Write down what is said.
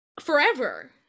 Forever